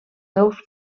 seus